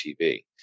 TV